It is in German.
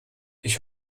ich